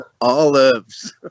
Olives